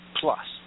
plus